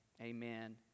Amen